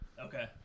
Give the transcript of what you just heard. Okay